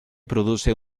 produce